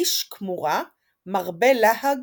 איש כמורה מרבה להג